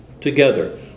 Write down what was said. together